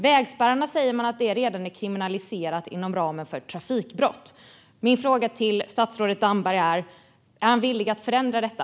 Man säger att vägspärrar redan är kriminaliserat inom ramen för trafikbrott. Min fråga till statsrådet Damberg är: Är han villig att förändra detta?